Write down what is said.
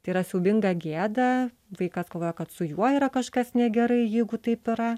tai yra siaubinga gėda vaikas galvoja kad su juo yra kažkas negerai jeigu taip yra